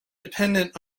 dependent